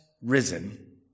risen